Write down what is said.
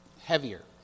heavier